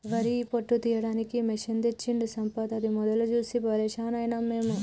వరి పొట్టు తీయడానికి మెషిన్ తెచ్చిండు సంపత్ అది మొదలు చూసి పరేషాన్ అయినం మేము